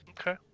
okay